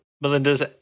Melinda's